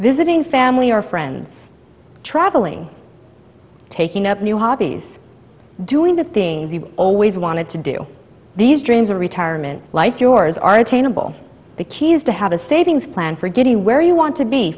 visiting family or friends traveling taking up new hobbies doing the things you always wanted to do these dreams of retirement life yours are attainable the key is to have a savings plan for getting where you want to be